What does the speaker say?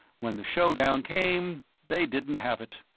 when the showdown came they didn't have it.